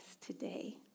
today